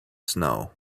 snow